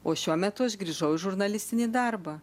o šiuo metu aš grįžau į žurnalistinį darbą